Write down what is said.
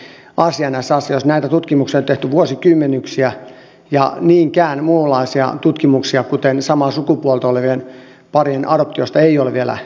näitä tutkimuksia on tehty vuosikymmeniä ja niinkään muunlaisia tutkimuksia kuten samaa sukupuolta olevien parien adoptiosta ei ole vielä tehty